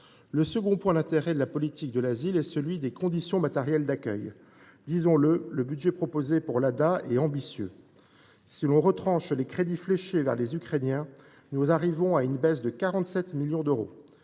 Un autre aspect de la politique de l’asile est celui des conditions matérielles d’accueil. Disons le, le budget proposé pour l’ADA est ambitieux. Si l’on retranche les crédits fléchés vers les Ukrainiens, nous arrivons à une baisse de 47 millions d’euros.